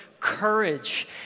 courage